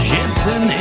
Jensen